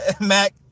Mac